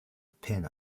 pin